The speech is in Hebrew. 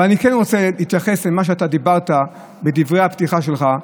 אבל אני כן רוצה להתייחס למה שאתה אמרת בדברי הפתיחה שלך,